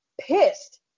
pissed